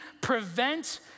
prevent